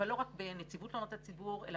אבל לא רק בנציבות תלונות הציבור אלא